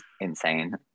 insane